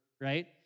right